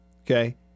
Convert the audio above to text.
Okay